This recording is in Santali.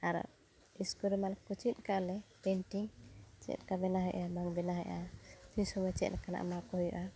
ᱟᱨ ᱤᱥᱠᱩᱞ ᱨᱮᱢᱟᱠᱚ ᱪᱮᱫᱠᱟᱜ ᱞᱮ ᱯᱮᱱᱴᱤᱝ ᱪᱮᱫᱞᱮᱠᱟ ᱵᱮᱱᱟᱣ ᱦᱩᱭᱩᱜᱼᱟ ᱵᱟᱝ ᱵᱮᱱᱟᱣ ᱦᱩᱭᱩᱜᱼᱟ ᱛᱤᱱ ᱥᱚᱢᱚᱭ ᱪᱮᱫ ᱞᱮᱠᱟᱱᱟᱜ ᱮᱢᱟᱠᱚ ᱦᱩᱭᱩᱜᱼᱟ